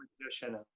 magician